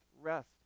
rest